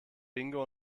bingo